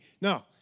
No